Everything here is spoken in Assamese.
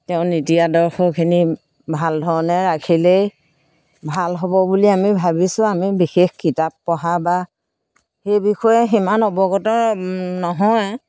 তেওঁ নীতি আদৰ্শখিনি ভাল ধৰণে ৰাখিলেই ভাল হ'ব বুলি আমি ভাবিছোঁ আমি বিশেষ কিতাপ পঢ়া বা সেই বিষয়ে সিমান অৱগত নহয়